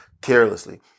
carelessly